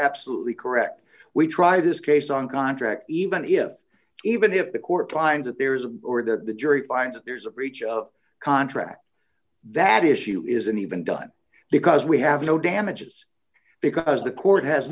absolutely correct we try this case on contract even if even if the court finds that there is a board that the jury finds there's a breach of contract that issue isn't even done because we have no damages because the court has